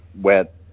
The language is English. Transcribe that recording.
wet